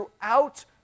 throughout